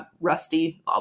Rusty